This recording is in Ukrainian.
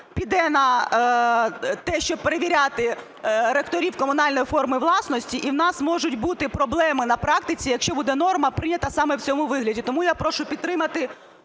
піде на те, щоб перевіряти ректорів комунальної форми власності і в нас можуть бути проблеми на практиці, якщо буде норма прийнята саме в цьому вигляді. Тому я прошу підтримати